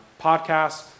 podcasts